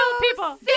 people